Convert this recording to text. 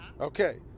Okay